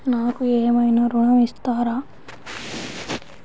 నాకు ఏమైనా ఋణం ఇస్తారా?